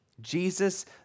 Jesus